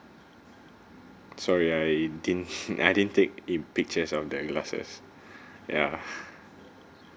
sorry I didn't I didn't take any pictures of the glasses ya